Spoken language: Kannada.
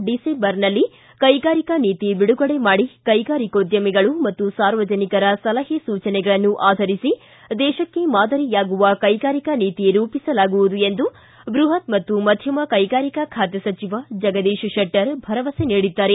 ಡಿಸೆಂಬರ್ನಲ್ಲಿ ಕೈಗಾರಿಕಾ ನೀತಿ ಬಿಡುಗಡೆ ಮಾಡಿ ಕೈಗಾರಿಕೋದ್ಧಮಿಗಳು ಮತ್ತು ಸಾರ್ವಜನಿಕರ ಸಲಹೆ ಸೂಚನೆಗಳನ್ನು ಆಧರಿಸಿ ದೇಶಕ್ಕೆ ಮಾದರಿಯಾಗುವ ಕೈಗಾರಿಕಾ ನೀತಿ ರೂಪಿಸಲಾಗುವುದು ಎಂದು ಬೃಹತ್ ಮತ್ತು ಮಧ್ಯಮ ಕೈಗಾರಿಕಾ ಖಾತೆ ಸಚಿವ ಜಗದೀಶ್ ಶೆಟ್ಟರ್ ಭರವಸೆ ನೀಡಿದ್ದಾರೆ